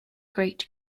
great